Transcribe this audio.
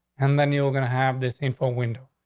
and then you're gonna have this info window.